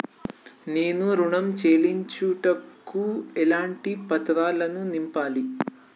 నేను ఋణం చెల్లించుటకు ఎలాంటి పత్రాలను నింపాలి?